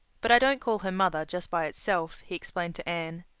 but i don't call her mother just by itself, he explained to anne.